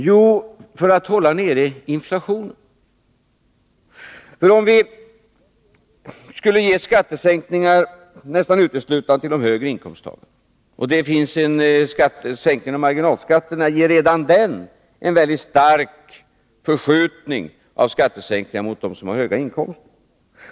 Jo, för att hålla nere inflationen. Vi kan inte ge skattesänkningar nästan uteslutande till dem med högre inkomster. Sänkningen av marginalskatterna ger redan den en mycket stark förskjutning av skattesänkningar till förmån för dem som har höga inkomster.